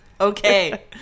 Okay